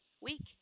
week